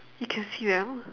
you can see them